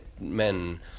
men